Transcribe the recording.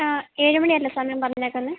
ഏഴുമണിയല്ലേ സമയം പറഞ്ഞേക്കുന്നത്